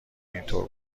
اینطور